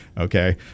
okay